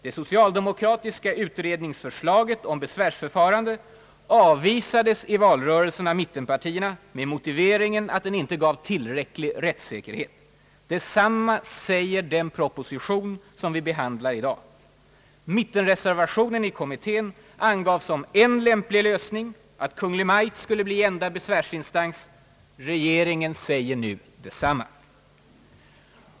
: Det socialdemokratiska utredningsförslaget om = besvärsförfarandet avvisades i valrörelsen av mittenpartierna med motiveringen att det inte gav tillräcklig rättssäkerhet. Detsamma säger nu den proposition som behandlas i dag. Mittenreservationen i kommittén. angav som en lämplig lösning att Kungl. Maj:t skulle bli enda besvärsinstans. Regeringen säger nu detsamma.